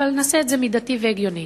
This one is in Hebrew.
אבל נעשה את זה מידתי והגיוני.